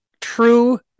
true